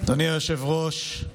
אדוני היושב-ראש,